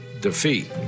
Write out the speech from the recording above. defeat